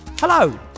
Hello